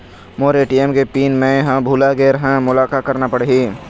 मोर ATM के PIN मैं भुला गैर ह, मोला का करना पढ़ही?